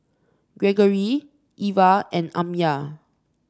Gregory Ivah and Amya